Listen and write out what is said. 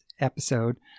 episode